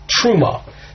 Truma